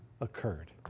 occurred